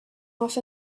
off